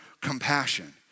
compassion